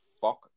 fuck